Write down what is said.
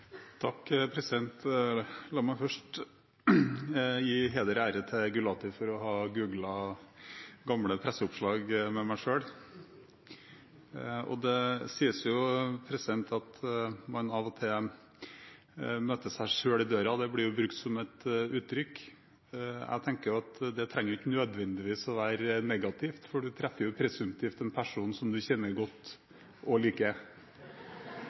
til Gulati for å ha googlet gamle presseoppslag om meg selv. Det sies at man av og til møter seg selv i døra, det blir brukt som et uttrykk. Jeg tenker at det ikke nødvendigvis trenger å være negativt, for en treffer jo presumptivt en person som en kjenner godt og liker!